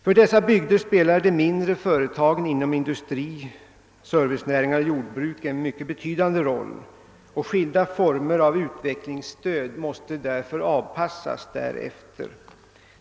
För dessa bygder spelar de mindre företagen inom industri, servicenäringar och jordbruk en mycket betydande roll, och skilda former av utvecklingsstöd måste därför avpassas härefter.